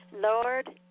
Lord